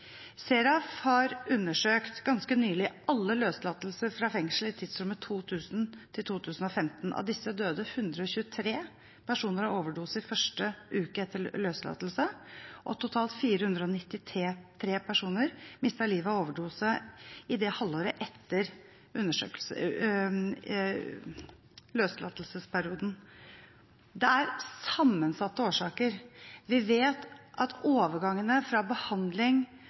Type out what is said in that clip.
ganske nylig undersøkt alle løslatelser fra fengsel i tidsrommet 2000–2015. Av disse døde 123 personer av overdose første uken etter løslatelse, og totalt 493 personer mistet livet av overdose i halvåret etter løslatelse. Det er sammensatte årsaker. Vi vet at det i overgangen fra behandling